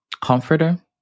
comforter